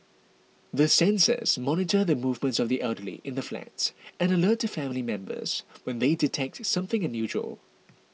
the sensors monitor the movements of the elderly in the flats and alert family members when they detect something unusual